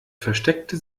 versteckte